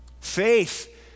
Faith